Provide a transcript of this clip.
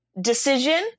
decision